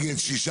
מי נגד?